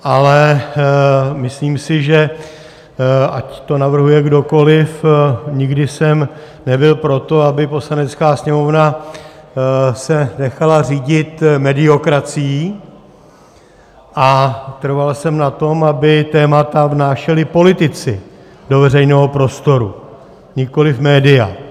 Ale myslím si, že ať to navrhuje kdokoliv, nikdy jsem nebyl pro to, aby se Poslanecká sněmovna nechala řídit mediokracií, a trval jsem na tom, aby témata vnášeli politici do veřejného prostoru, nikoliv média.